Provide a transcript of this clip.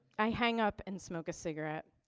i hang up and smoke a cigarette.